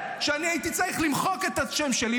אני הייתי צריך למחוק את השם שלי,